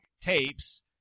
tapes